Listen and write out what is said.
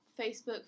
Facebook